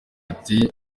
ati